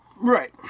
Right